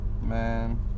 Man